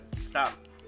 stop